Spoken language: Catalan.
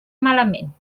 malament